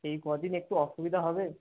এই কদিন একটু অসুবিধা হবে